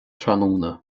tráthnóna